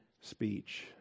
speech